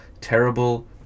terrible